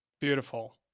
Beautiful